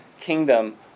kingdom